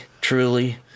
truly